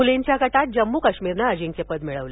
मूलींच्या गटात जम्म् काश्मीरनं अजिंक्यपद मिळवलं